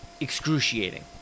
excruciating